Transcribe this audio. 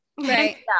right